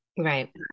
Right